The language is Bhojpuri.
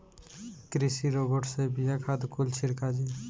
कृषि रोबोट से बिया, खाद कुल छिड़का जाई